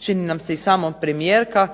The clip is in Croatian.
čini nam se i sama premijerka